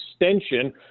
extension